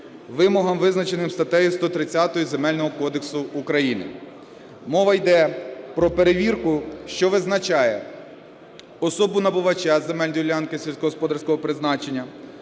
вимогам, визначених статтею 130 Земельного кодексу України. Мова йде про перевірку, що визначає особу набувача земельної ділянки сільськогосподарського призначення,